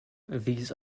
these